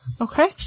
Okay